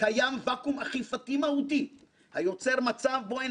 קיים ואקום אכיפתי מהותי היוצר מצב בו אין